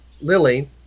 Lily